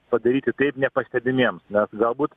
padaryti taip nepastebimiems nes galbūt